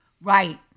Right